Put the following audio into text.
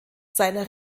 seiner